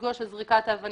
והפיגוע של זריקת האבנים